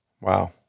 Wow